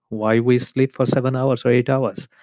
why we sleep for seven hours or eight hours,